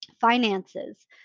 Finances